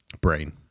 brain